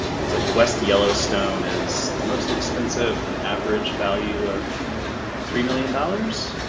looks like west yellowstone is the most expensive an average value of three million dollars.